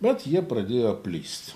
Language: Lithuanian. bet jie pradėjo plist